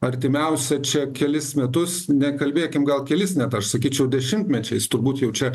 artimiausią čia kelis metus nekalbėkim gal kelis net aš sakyčiau dešimtmečiais turbūt jau čia